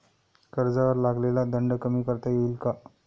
कर्जावर लागलेला दंड कमी करता येईल का?